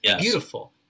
beautiful